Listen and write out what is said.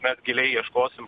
mes giliai ieškosim